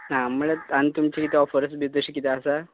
आं म्हणल्यार आनी तुमचे कितें ऑफर्ज बी तशें किदें आसा